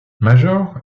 major